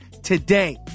Today